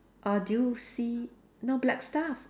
or do you see no black stuff